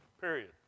period